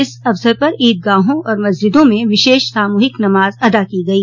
इस अवसर पर ईदगाहों और मस्जिदों में विशेष सामूहिक नमाज अदा की गई